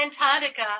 Antarctica